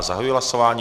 Zahajuji hlasování.